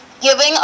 giving